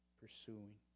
pursuing